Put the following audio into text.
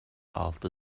altı